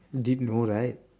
did know right